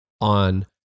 on